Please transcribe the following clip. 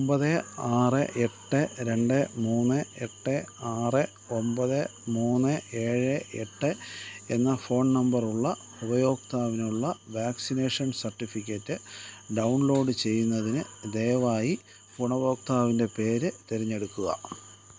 ഒമ്പത് ആറ് എട്ട് രണ്ട് മൂന്ന് എട്ട് ആറ് ഒമ്പത് മൂന്ന് ഏഴ് എട്ട് എന്ന ഫോൺ നമ്പറുള്ള ഉപയോക്താവിനുള്ള വാക്സിനേഷൻ സർട്ടിഫിക്കറ്റ് ഡൗൺലോഡ് ചെയ്യുന്നതിന് ദയവായി ഗുണഭോക്താവിൻ്റെ പേര് തിരഞ്ഞെടുക്കുക